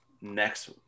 next